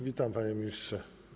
Witam, panie ministrze.